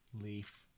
leaf